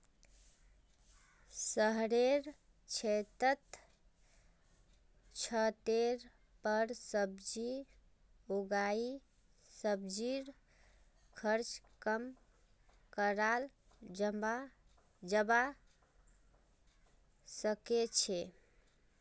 शहरेर क्षेत्रत छतेर पर सब्जी उगई सब्जीर खर्च कम कराल जबा सके छै